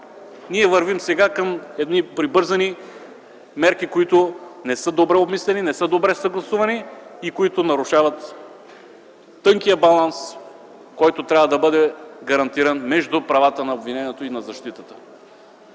ние вървим сега към едни прибързани мерки, които не са добре обмислени, не са добре съгласувани и които нарушават тънкия баланс, който трябва да бъде гарантиран между правата на обвинението и защитата.